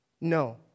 No